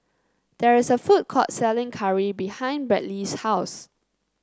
there is a food court selling curry behind Bradley's house